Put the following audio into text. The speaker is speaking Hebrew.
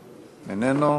איננו.